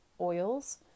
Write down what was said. oils